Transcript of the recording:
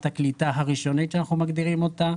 הקליטה הראשונית שאנחנו מגדירים אותה,